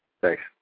Thanks